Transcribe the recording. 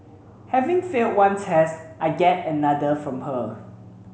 having failed one test I get another from her